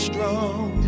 Strong